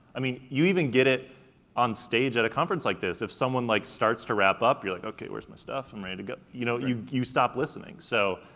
i mean you even get it on stage at a conference like this. if someone like starts to wrap up, you're like, okay, where's my stuff, i'm ready to go. you know you you stop listening. so